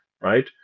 right